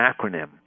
acronym